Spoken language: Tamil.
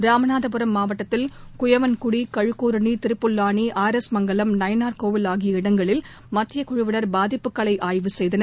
ராமநாதபுரம் மாவட்டத்தில் குயவன்குடி கழகூரணி திருப்புல்வானி ஆர் எஸ் மங்கலம் நயினார் கோயில் ஆகிய இடங்களில் மத்தியக் குழுவினர் பாதிப்புகளை ஆய்வு செய்தனர்